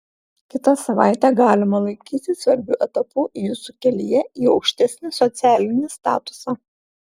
kitą savaitę galima laikyti svarbiu etapu jūsų kelyje į aukštesnį socialinį statusą